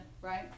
right